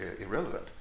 irrelevant